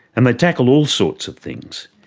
and they tackle all sorts of things.